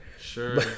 Sure